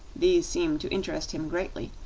these seemed to interest him greatly,